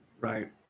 Right